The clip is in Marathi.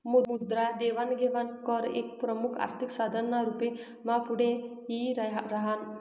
मुद्रा देवाण घेवाण कर एक प्रमुख आर्थिक साधन ना रूप मा पुढे यी राह्यनं